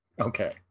Okay